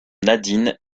nadine